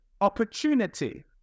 Opportunity